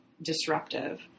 disruptive